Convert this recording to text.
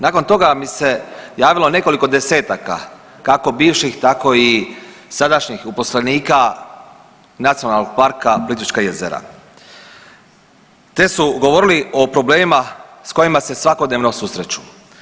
Nakon toga mi se javilo nekoliko desetaka kako bivših tako i sadašnjih uposlenika NP Plitvička jezera te su govorili o problemima s kojima se svakodnevno susreću.